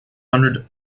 hundred